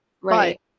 right